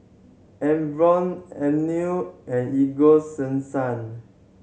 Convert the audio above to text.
Enervon Avene and Ego